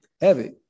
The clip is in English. heavy